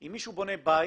אם מישהו בונה בית,